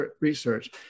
research